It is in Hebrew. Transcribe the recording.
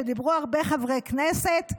שדיברו בו הרבה חברי כנסת,